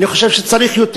ואני חושב שצריך יותר,